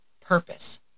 Purpose